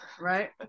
Right